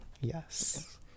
Yes